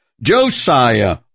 Josiah